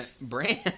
brand